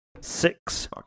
six